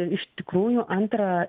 iš tikrųjų antrą